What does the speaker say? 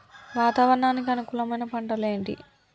వాతావరణానికి అనుకూలమైన పంటలు ఏంటి?